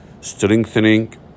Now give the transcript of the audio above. strengthening